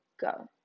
go